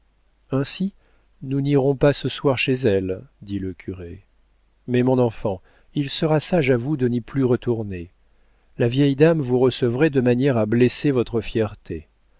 ainsi nous n'irons pas ce soir chez elle dit le curé mais mon enfant il sera sage à vous de n'y plus retourner la vieille dame vous recevrait de manière à blesser votre fierté